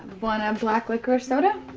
want a black licourisce soda?